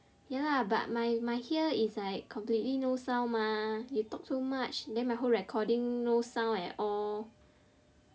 ya lah but my my here is like completely no sound mah you talk so much then my whole recording no sound at all